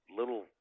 little